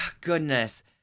goodness